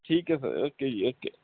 ਠੀਕ ਹੈ sir okay ਜੀ ਓਕੇ